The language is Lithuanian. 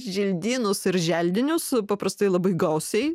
želdynus ir želdinius paprastai labai gausiai